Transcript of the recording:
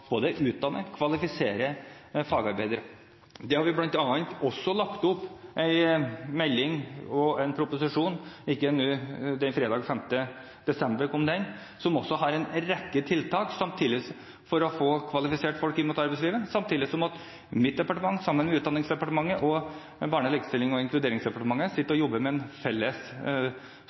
utdanne og kvalifisere fagarbeidere. Vi har bl.a. lagt frem en proposisjon, fredag 5. desember kom den, som også har en rekke tiltak for å få kvalifiserte folk inn i arbeidslivet, samtidig som mitt departement sammen med Utdanningsdepartementet og Barne-, likestillings- og inkluderingsdepartementet sitter og jobber med en felles